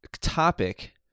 topic